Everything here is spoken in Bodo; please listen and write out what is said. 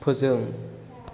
फोजों